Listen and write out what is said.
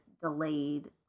delayed